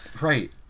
right